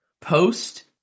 post